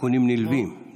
תיקונים נלווים.